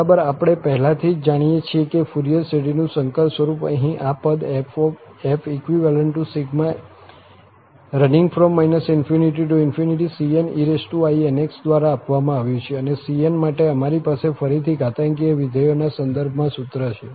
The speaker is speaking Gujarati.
બરાબર આપણે પહેલાથી જ જાણીએ છીએ કે ફુરિયર શ્રેઢીનું સંકર સ્વરૂપ અહીં આ પદ f∑ ∞ cneinxદ્વારા આપવામાં આવ્યું છેઅને cn માટે અમારી પાસે ફરીથી ઘાતાંકીય વિધેયોના સંદર્ભમાં સૂત્ર છે